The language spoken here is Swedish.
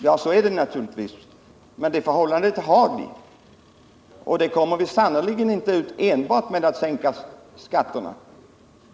Ja, så är det naturligtvis, men det förhållandet har vi, och det kommer vi sannerligen inte ur enbart genom att sänka skatterna.